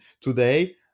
today